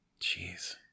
Jeez